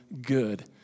good